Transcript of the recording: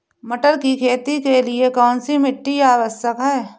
मटर की खेती के लिए कौन सी मिट्टी आवश्यक है?